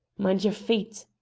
mind yer feet!